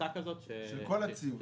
של כל הציוד.